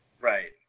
Right